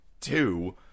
two